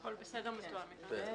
הכול בסדר ומתואם איתנו.